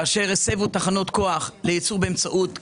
כאשר הסבו תחנות כוח לייצור באמצעות גז.